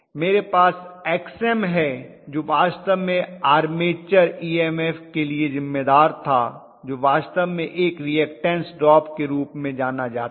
मेरे पास Xm है जो वास्तव में आर्मेचर ईएमएफ के लिए जिम्मेदार था जो वास्तव में एक रीऐक्टन्स ड्रॉप के रूप में जाना जाता है